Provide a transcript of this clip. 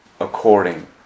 according